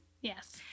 yes